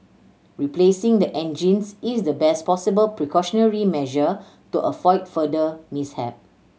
replacing the engines is the best possible precautionary measure to avoid further mishap